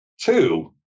Two